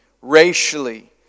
racially